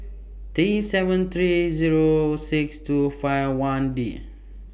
Day seven three Zero six two five one D